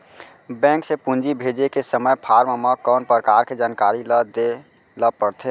Bank से पूंजी भेजे के समय फॉर्म म कौन परकार के जानकारी ल दे ला पड़थे?